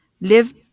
live